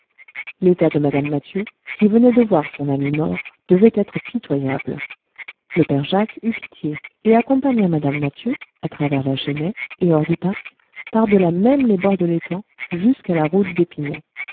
l'état de mme mathieu qui venait de voir son ami mort devait être pitoyable le père jacques eut pitié et accompagna mme mathieu à travers la chênaie et hors du parc par delà même les bords de l'étang jusqu'à la route d'épinay